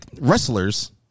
wrestlers